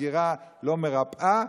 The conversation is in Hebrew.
סגירה לא מרפאה.